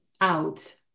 out